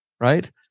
right